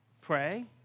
pray